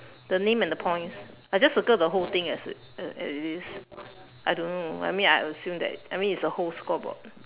the name and the points I just circle the whole thing as it as it is I don't know I mean I assume that I mean it's the whole scoreboard